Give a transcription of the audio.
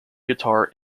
guitar